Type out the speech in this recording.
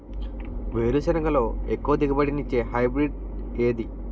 వేరుసెనగ లో ఎక్కువ దిగుబడి నీ ఇచ్చే హైబ్రిడ్ ఏది?